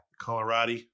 Colorado